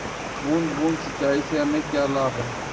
बूंद बूंद सिंचाई से हमें क्या लाभ है?